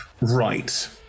Right